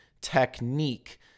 technique